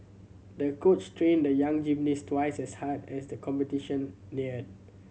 the coach trained the young gymnast twice as hard as the competition neared